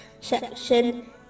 section